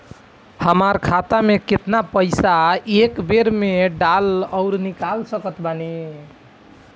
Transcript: हमार खाता मे केतना पईसा एक बेर मे डाल आऊर निकाल सकत बानी?